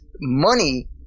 money